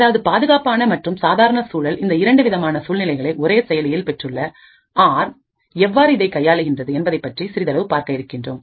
அதாவது பாதுகாப்பான மற்றும் சாதாரண சூழல் இந்த இரண்டு விதமான சூழ்நிலைகளை ஒரே செயலியில் பெற்றுள்ள ஆர்ம் எவ்வாறு இதை கையாளுகின்றது என்பதைப்பற்றி சிறிதளவு பார்க்க இருக்கின்றோம்